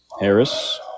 Harris